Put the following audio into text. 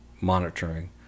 monitoring